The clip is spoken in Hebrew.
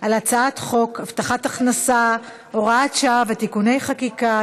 על הצעת חוק הבטחת הכנסה (הוראת שעה ותיקוני חקיקה),